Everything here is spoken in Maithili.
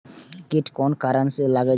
कीट कोन कारण से लागे छै?